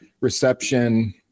reception